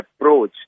approach